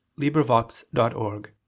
LibriVox.org